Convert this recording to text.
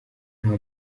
nta